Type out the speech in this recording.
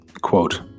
quote